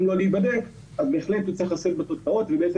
לא להיבדק בהחלט הוא צריך לשאת בתוצאות ובעצם